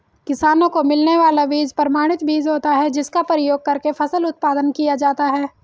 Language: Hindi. किसानों को मिलने वाला बीज प्रमाणित बीज होता है जिसका प्रयोग करके फसल उत्पादन किया जाता है